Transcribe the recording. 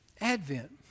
Advent